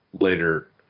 later